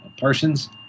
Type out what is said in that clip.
Parsons